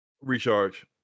Recharge